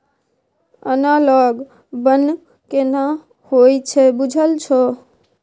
Analogue बन्न केना होए छै बुझल छौ?